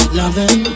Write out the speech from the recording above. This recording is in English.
loving